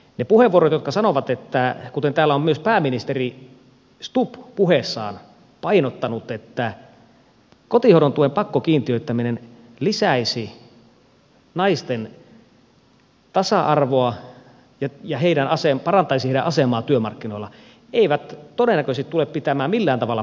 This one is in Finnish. ne puheenvuorot jotka sanovat kuten täällä on myös pääministeri stubb puheessaan painottanut että kotihoidon tuen pakkokiintiöittäminen lisäisi naisten tasa arvoa ja parantaisi heidän asemaansa työmarkkinoilla eivät todennäköisesti tule pitämään millään tavalla paikkaansa